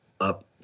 up